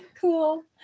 Cool